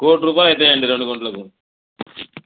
కోటి రూపాయలు అవుతాయండి రెండు గుంటలకి